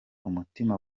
umutima